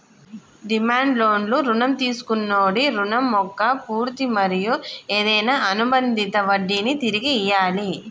demand లోన్లు రుణం తీసుకొన్నోడి రుణం మొక్క పూర్తి మరియు ఏదైనా అనుబందిత వడ్డినీ తిరిగి ఇయ్యాలి